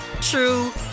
true